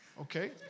okay